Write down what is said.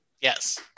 Yes